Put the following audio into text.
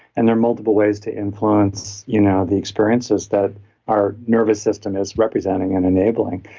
and there are multiple ways to influence you know the experiences that our nervous system is representing and enabling.